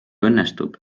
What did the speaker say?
õnnestub